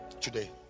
today